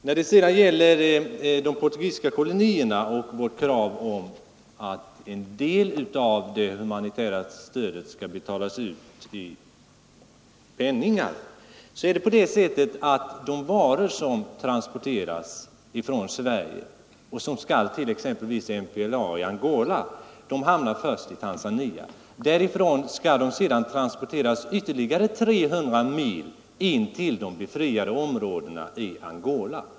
När det sedan gäller de portugisiska kolonierna och vårt krav på att en del av det humanitära stödet skall betalas ut i kontanter är det på det sättet, att de varor som från Sverige skall transporteras till exempelvis MPLA i Angola först hamnar i Tanzania. Därifrån skall de sedan transporteras ytterligare 300 mil in till de befriade områdena i Angola.